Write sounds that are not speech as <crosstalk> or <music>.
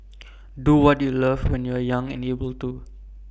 <noise> do what you love when you are young and able to